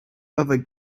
other